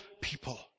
people